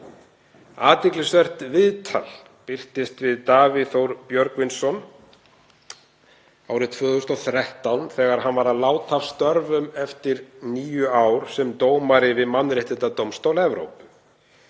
Athyglisvert viðtal birtist við Davíð Þór Björgvinsson árið 2013 þegar hann var að láta af störfum eftir níu ár sem dómari við Mannréttindadómstól Evrópu.